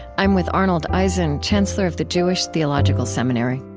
i'm with arnold eisen, chancellor of the jewish theological seminary